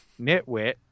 nitwit